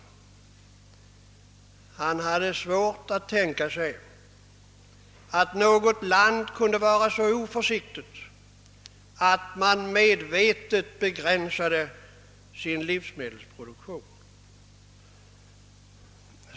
Han hade svårt att tänka sig att något land kunde vara så oförsiktigt att man medvetet begränsade sin livsmedelsproduktion.